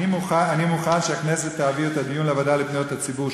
אני מוכן שהכנסת תעביר את הדיון לוועדה לפניות הציבור,